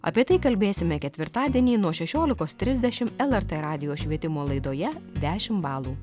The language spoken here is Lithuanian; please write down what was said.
apie tai kalbėsime ketvirtadienį nuo šešiolikos trisdešimt lrt radijo švietimo laidoje dešimt balų